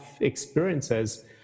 experiences